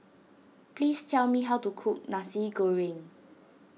please tell me how to cook Nasi Goreng